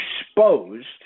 exposed